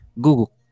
Google